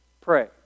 pray